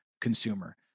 consumer